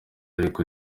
ariko